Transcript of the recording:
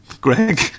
Greg